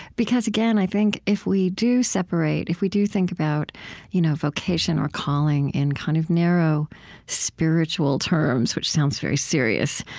because again i think if we do separate, if we do think about you know vocation or calling in kind of narrow spiritual terms, which sounds very serious,